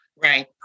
Right